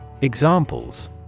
Examples